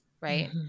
right